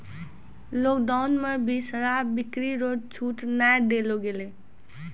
lockdown मे भी शराब बिक्री रो छूट नै देलो गेलै